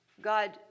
God